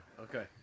Okay